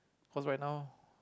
cause right now